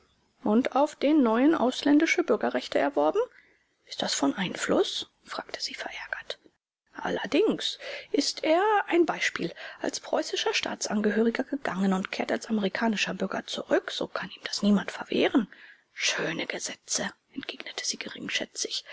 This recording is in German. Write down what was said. und auf den neuen ausländische bürgerrechte erworben ist das von einfluß fragte sie verärgert allerdings ist er ein beispiel als preußischer staatsangehöriger gegangen und kehrt als amerikanischer bürger zurück so kann ihm das niemand verwehren schöne gesetze entgegnete sie